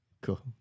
Cool